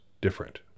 different